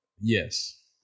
yes